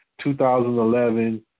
2011